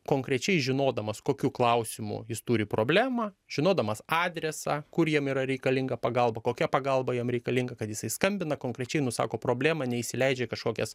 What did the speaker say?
konkrečiai žinodamas kokiu klausimu jis turi problemą žinodamas adresą kur jam yra reikalinga pagalba kokia pagalba jam reikalinga kad jisai skambina konkrečiai nusako problemą neįsileidžia į kažkokias